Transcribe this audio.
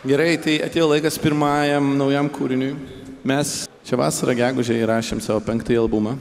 greitai atėjo laikas pirmajam naujam kūriniui mes čia vasarą gegužę įrašėm savo penktąjį albumą